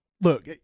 look